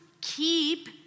keep